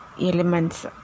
Elements